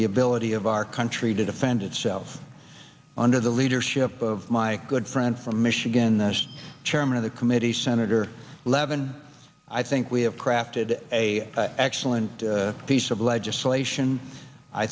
the ability of our country to defend itself under the leadership of my good friend from michigan the chairman of the committee senator levin i think we have crafted a excellent piece of legislation i